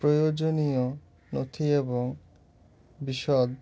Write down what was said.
প্রয়োজনীয় নথি এবং বিশদ